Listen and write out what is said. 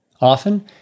Often